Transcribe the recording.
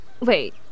Wait